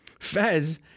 Fez